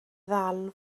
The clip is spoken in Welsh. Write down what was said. ddal